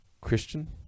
Christian